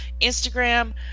Instagram